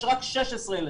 יש רק 16 ילדים.